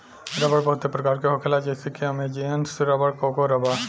रबड़ बहुते प्रकार के होखेला जइसे कि अमेजोनियन रबर, कोंगो रबड़